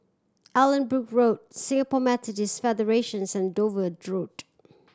Allanbrooke Road Singapore Federations and Dover Road